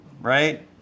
right